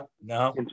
No